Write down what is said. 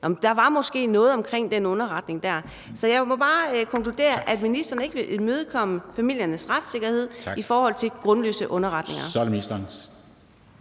at der måske var noget omkring den underretning der. Så jeg må bare konkludere, at ministeren ikke vil imødekomme familiernes retssikkerhed i forhold til grundløse underretninger.